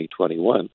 2021